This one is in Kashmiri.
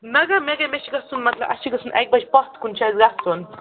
مگر مگر مےٚ چھِ گژھُن مطلب اَسہِ چھِ گژھُن اَکہِ بَجہِ پَتھ کُن چھِ اَسہِ گژھُن